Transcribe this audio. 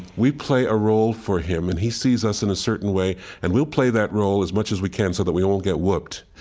we play a role for him and he sees us in a certain way, and we'll play that role as much as we can so that we won't get whooped.